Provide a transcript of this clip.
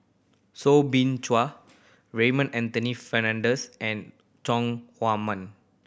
Soo Bin Chua Raymond Anthony Fernando and Chong Huamen